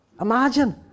Imagine